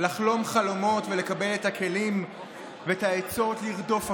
לחלום חלומות ולקבל את הכלים ואת העצות לרדוף אחריהם.